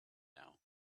now